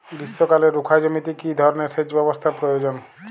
গ্রীষ্মকালে রুখা জমিতে কি ধরনের সেচ ব্যবস্থা প্রয়োজন?